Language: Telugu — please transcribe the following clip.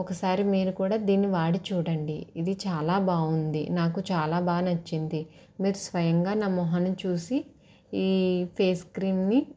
ఒకసారి మీరు కూడా దీన్ని వాడి చూడండి ఇది చాలా బాగుంది నాకు చాలా బాగా నచ్చింది మీరు స్వయంగా నా మొహం చూసి ఈ పేస్క్రీమ్ని